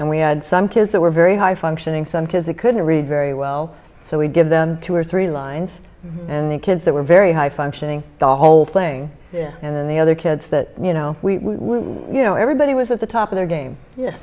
and we had some kids that were very high functioning some kids they couldn't read very well so we give them two or three lines and the kids that were very high functioning the whole thing and then the other kids that you know we you know everybody was at the top of their game